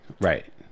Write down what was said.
Right